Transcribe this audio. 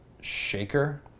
Shaker